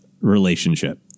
relationship